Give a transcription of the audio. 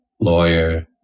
lawyer